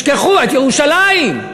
ירושלים.